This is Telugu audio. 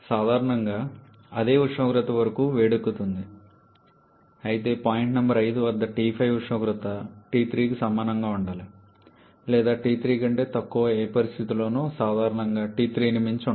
సాధారణంగా ఇది అదే ఉష్ణోగ్రత వరకు వేడెక్కుతుంది అయితే పాయింట్ నంబర్ 5 వద్ద T5 ఉష్ణోగ్రత T3కి సమానంగా ఉండాలి లేదా T3 కంటే తక్కువ ఏ పరిస్థితిలోనూ సాధారణంగా T3 ని మించి ఉండదు